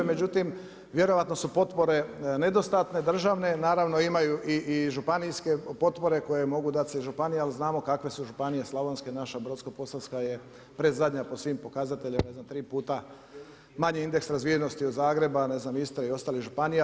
Međutim, vjerojatno su potpore nedostane, državne, naravno imaju i županijske potpore koje mogu dati županija, ali znamo kakve su županije slavonske, naša Brodsko-posavska je predzadnja po svim pokazateljima, 3 puta manji indeks razvijenosti od Zagreba, ne znam Istre i ostalih županije.